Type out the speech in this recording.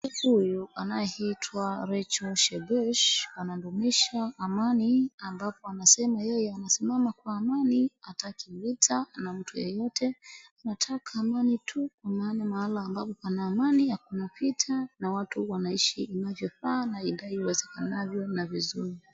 Mwanamke huyunanaye itwa Rachael Shebesh, anadumisha amani ambapo yeyey anasimama kwa amani hataki vita na mtu yeyote anataka amani tu kwa maana pahali ambapo pana amani hakuuna vita na watu wanaishi inavyofaa na iwezekanavyo na vizuri.